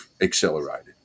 accelerated